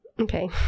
Okay